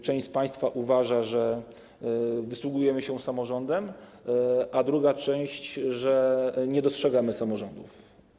Część z państwa uważa, że wysługujemy się samorządem, a druga część, że nie dostrzegamy samorządów.